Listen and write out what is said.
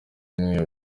umwe